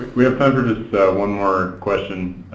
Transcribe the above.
ah we have time for just one more question.